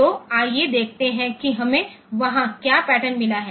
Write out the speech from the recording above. तो आइए देखते हैं कि हमें वहां क्या पैटर्न मिला है